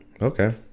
Okay